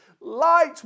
Light